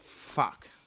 Fuck